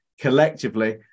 collectively